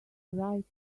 right